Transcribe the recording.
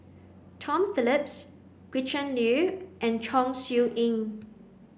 Tom Phillips Gretchen Liu and Chong Siew Ying